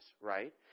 right